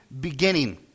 beginning